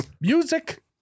Music